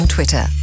Twitter